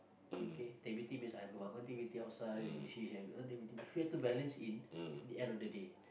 activity means I got my own activity outside she have her own activity we have to balance in at the end of the day